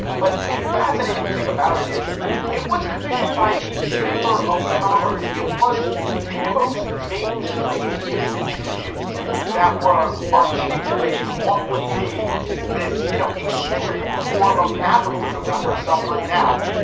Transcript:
but the fascinating thing about it is it was commissioned by the chamber of commerce. it was the most mainstream institutions that were articulating what would be this you know extreme form of capitalism that we're suffering now.